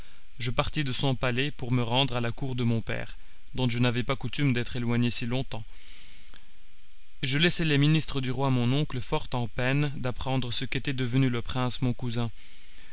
je partis de son palais pour me rendre à la cour de mon père dont je n'avais pas coutume d'être éloigné si longtemps je laissai les ministres du roi mon oncle fort en peine d'apprendre ce qu'était devenu le prince mon cousin